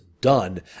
done